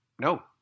No